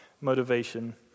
motivation